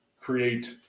create